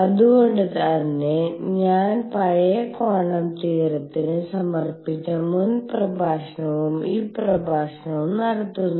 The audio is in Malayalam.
അതുകൊണ്ടാണ് ഞാൻ പഴയ ക്വാണ്ടം തിയറത്തിന് സമർപ്പിച്ച മുൻ പ്രഭാഷണവും ഈ പ്രഭാഷണവും നടത്തുന്നത്